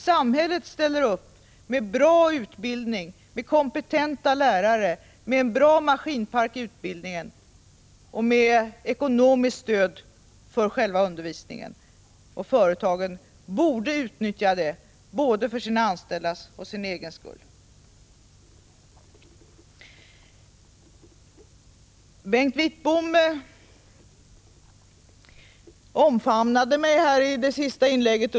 Samhället ställer upp med bra utbildning, kompetenta lärare, en bra maskinpark i utbildningen och med ekonomiskt stöd för själva undervisningen. Företagen borde utnyttja detta både för sina anställdas och för sin egen skull. Bengt Wittbom omfamnade mig i sitt senaste inlägg.